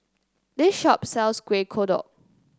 this shop sells Kueh Kodok